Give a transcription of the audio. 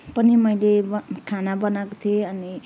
पनि मैले खाना बनाएको थिएँ अनि